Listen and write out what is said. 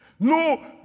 No